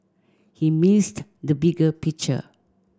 he missed the bigger picture